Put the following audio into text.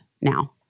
now